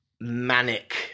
manic